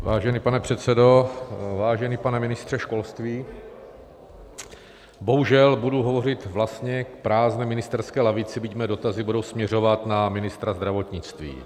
Vážený pane předsedo, vážený pane ministře školství, bohužel budu hovořit k prázdné ministerské lavici, byť mé dotazy budou směřovat na ministra zdravotnictví.